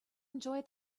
enjoy